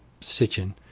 sitchin